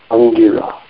Angira